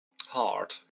Hard